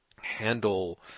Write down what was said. handle